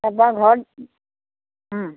তাৰপৰা ঘৰত